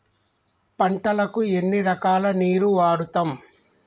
పంటలకు ఎన్ని రకాల నీరు వాడుతం?